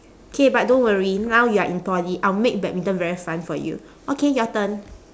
okay but don't worry now you're in poly I'll make badminton very fun for you okay your turn